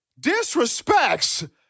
disrespects